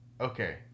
Okay